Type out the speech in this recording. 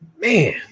man